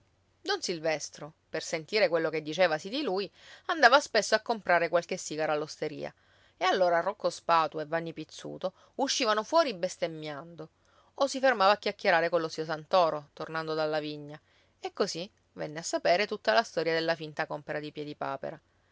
don silvestro per sentire quello che dicevasi di lui andava spesso a comprare qualche sigaro all'osteria e allora rocco spatu e vanni pizzuto uscivano fuori bestemmiando o si fermava a chiacchierare collo zio santoro tornando dalla vigna e così venne a sapere tutta la storia della finta compera di